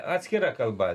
atskira kalba